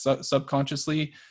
subconsciously